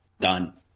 done